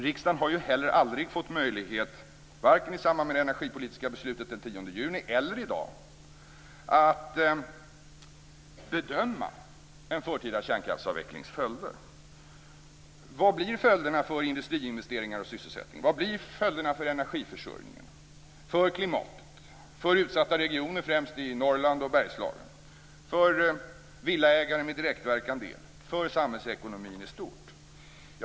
Riksdagen har heller aldrig fått möjlighet - varken i samband med det energipolitiska beslutet den 10 juni eller i dag - att bedöma en förtida kärnkraftsavvecklings följder. Vad blir följderna för industriinvesteringar och sysselsättning? Vad blir följderna för energiförsörjningen, för klimatet, för utsatta regioner främst i Norrland och Bergslagen, för villaägare med direktvekande el och för samhällsekonomin i stort?